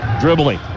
dribbling